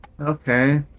Okay